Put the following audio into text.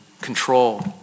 control